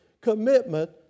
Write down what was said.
commitment